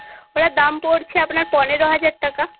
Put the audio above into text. ওটার দাম পড়ছে আপনার পনেরো হাজার টাকা